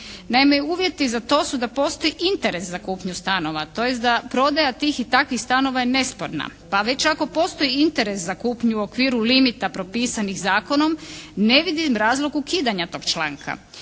Naime uvjeti za to su da postoji interes za kupnju stanova, tj. da prodaja tih i takvih stanova je nesporna. Pa već ako postoji interes za kupnju u okviru limita propisanih zakonom, ne vidim razlog ukidanja tog članka.